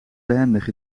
behendig